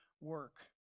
work